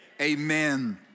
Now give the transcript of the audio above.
amen